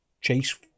chase